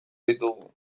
ditugu